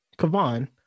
Kavan